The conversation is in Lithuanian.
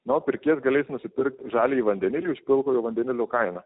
na o pirkėjas galės nusipirkt žaliąjį vandenilį už pilkojo vandenilio kainą